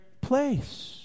place